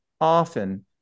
often